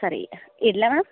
ಸರಿ ಈಗ ಇಡಲಾ